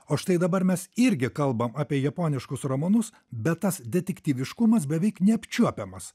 o štai dabar mes irgi kalbam apie japoniškus romanus bet tas detektyviškumas beveik neapčiuopiamas